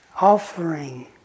offering